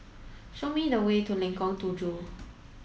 show me the way to Lengkong Tujuh